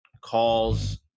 calls